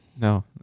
No